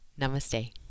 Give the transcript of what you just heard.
Namaste